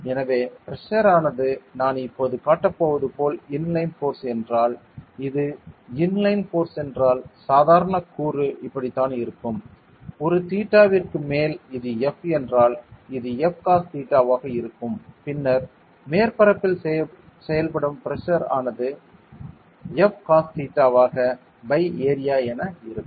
எனவே பிரஷர் ஆனது நான் இப்போது காட்டப் போவது போல் இன்லைன் ஃபோர்ஸ் என்றால் இது இன்லைன் ஃபோர்ஸ் என்றால் சாதாரண கூறு இப்படித்தான் இருக்கும் ஒரு தீட்டாவிற்கு மேல் இது F என்றால் இது F காஸ் தீட்டாவாக இருக்கும் பின்னர் மேற்பரப்பில் செயல்படும் P பிரஷர் ஆனது F காஸ் தீட்டாவாக பை ஏரியா என இருக்கும்